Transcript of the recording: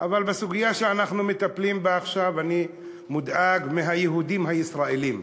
אבל בסוגיה שאנחנו מטפלים בה עכשיו אני מודאג מהיהודים הישראלים.